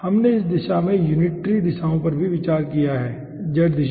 हमने इस दिशा में यूनिटरी दिशाओं पर विचार किया है z दिशा